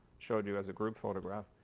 showed you as a group photograph.